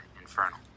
infernal